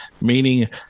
Meaning